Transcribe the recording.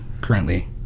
Currently